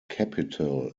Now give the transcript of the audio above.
capital